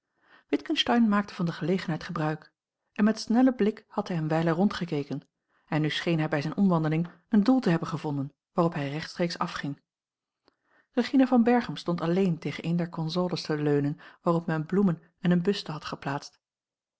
witgensteyn maakte van de gelegenheid gebruik met snellen blik had hij eene wijle rondgekeken en nu scheen hij bij zijne omwandeling een doel te hebben gevonden waarop hij rechtstreeks afging regina van berchem stond alleen tegen een der consoles a l g bosboom-toussaint langs een omweg te leunen waarop men bloemen en eene buste had geplaatst